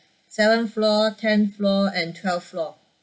seventh floor tenth floor and twelfth floor